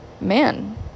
man